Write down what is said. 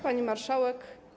Pani Marszałek!